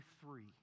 three